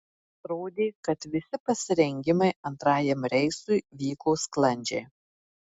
atrodė kad visi pasirengimai antrajam reisui vyko sklandžiai